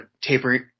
tapering